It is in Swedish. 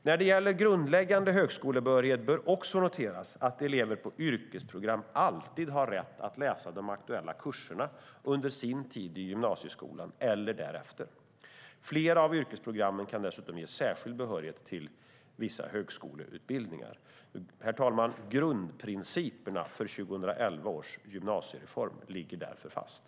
När det gäller grundläggande högskolebehörighet bör det också noteras att elever på yrkesprogram alltid har rätt att läsa de aktuella kurserna under sin tid i gymnasieskolan eller därefter. Flera av yrkesprogrammen kan dessutom ge särskild behörighet till vissa högskoleutbildningar. Grundprinciperna för 2011 års gymnasiereform ligger därför fast.